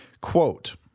Quote